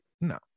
no